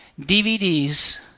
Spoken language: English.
DVDs